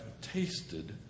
tasted